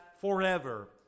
forever